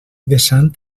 vessant